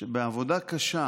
שבעבודה קשה